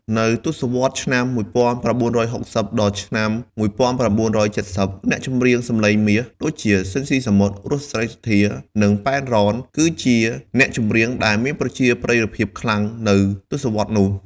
នៅទសវត្សរ៍ ឆ្នាំ ១៩៦០ ដល់ ឆ្នាំ ១៩៧០ អ្នកចម្រៀងសម្លេងមាស ដូចជា ស៊ីន ស៊ីសាមុត, រស់ សេរីសុទ្ធា, និង ប៉ែន រ៉នគឹជាអ្នកចម្រៀងដែលមានប្រជាប្រិយភាពខ្លាំងនៅទសត្សរ៍នោះ។